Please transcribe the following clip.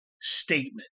statement